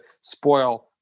spoil